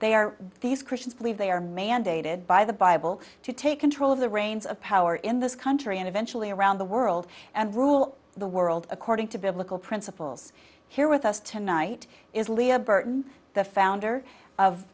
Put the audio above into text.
they are these christians believe they are mandated by the bible to take control of the reins of power in this country and eventually around the world and rule the world according to biblical principles here with us tonight is leah burton the founder of